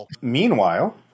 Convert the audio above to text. Meanwhile